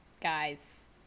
guys